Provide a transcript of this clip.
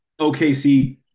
OKC